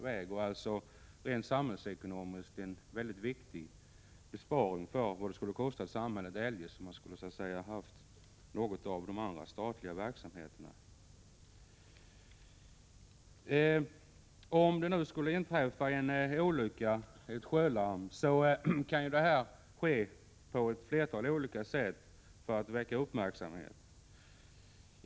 Det rör sig om en samhällsekonomiskt sett mycket viktig besparing; det skulle kosta samhället stora pengar om någon av de statliga verksamheterna måste svara för de här insatserna. Om det skulle inträffa en olycka och om det skulle gå sjölarm, så kan larmet ske på flera olika sätt när det gäller att väcka uppmärksamhet.